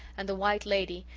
and the white lady,